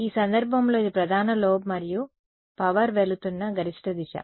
కాబట్టి ఈ సందర్భంలో ఇది ప్రధాన లోబ్ మరియు పవర్ వెళుతున్న గరిష్ట దిశ